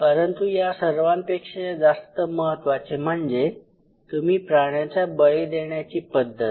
परंतु या सर्वांपेक्षा जास्त महत्वाचे म्हणजे तुम्ही प्राण्याचा बळी देण्याची पद्धत